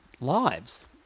lives